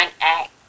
act